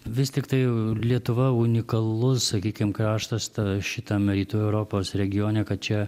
vis tiktai lietuva unikalus sakykim kraštas ta šitame rytų europos regione kad čia